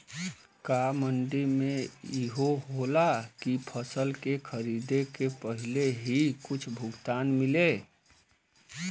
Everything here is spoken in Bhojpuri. का मंडी में इहो होला की फसल के खरीदे के पहिले ही कुछ भुगतान मिले?